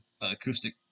acoustic